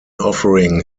offering